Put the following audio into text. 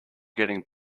getting